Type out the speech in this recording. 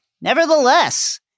Nevertheless